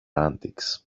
antics